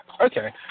Okay